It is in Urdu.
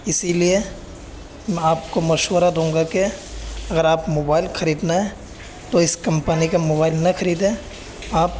اسی لیے میں آپ کو مشورہ دوں گا کہ اگر آپ موبائل خریدنا ہے تو اس کمپنی کا موبائل نہ خریدیں آپ